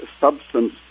substance